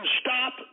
stop